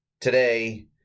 Today